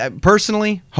Personally